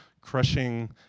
crushing